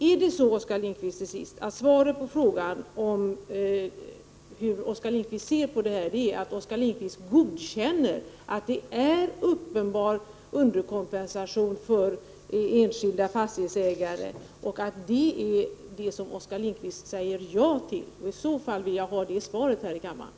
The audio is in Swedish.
Till sist: Är det på det sättet, Oskar Lindkvist, att svaret på frågan om hur Oskar Lindkvist ser på saken är att han godkänner att det föreligger uppenbar underkompensation för enskilda fastighetsägare och att det är detta som Oskar Lindkvist säger ja till, så vill jag ha det svaret här i kammaren.